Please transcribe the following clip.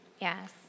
Yes